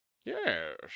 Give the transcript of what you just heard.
Yes